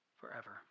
forever